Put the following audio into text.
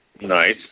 Nice